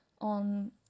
on